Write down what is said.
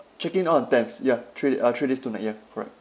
checking out on tenth ya three uh three days two night ya correct